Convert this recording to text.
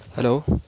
hello